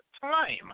time